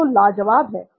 यह तो लाजवाब है